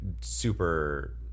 super